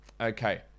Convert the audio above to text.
Okay